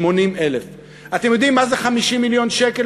80,000. אתם יודעים למה מספיקים 50 מיליון שקל?